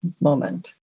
moment